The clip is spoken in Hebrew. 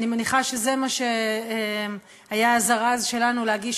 אני מניחה שזה מה שהיה הזרז שלנו להגיש